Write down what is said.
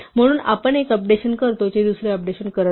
म्हणून आपण एक अपडेशन करतो जे दुसरे अपडेशन करत नाही